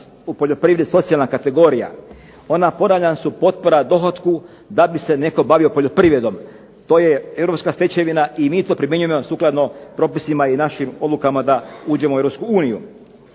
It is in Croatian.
u poljoprivredni socijalna kategorija. Ona ponavljam su potpora dohotku da bi se netko bavio poljoprivredom. To je europska stečevina i mi to primjenjujemo sukladno propisima i našim odlukama da uđemo u Europsku uniju.